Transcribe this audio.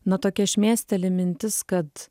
na tokia šmėsteli mintis kad